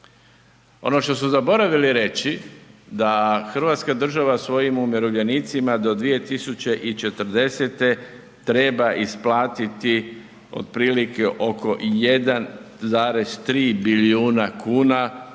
Ono što su zaboravili reći da Hrvatska država svojim umirovljenicima do 2040. treba isplatiti otprilike oko 1,3 bilijuna kuna